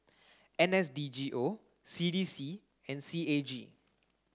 N S D G O C D C and C A G